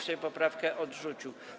Sejm poprawkę odrzucił.